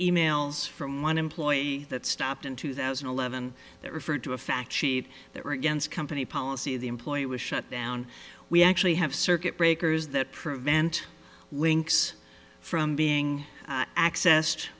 mails from one employee that stopped in two thousand and eleven that referred to a fact sheet that were against company policy the employee was shut down we actually have circuit breakers that prevent links from being accessed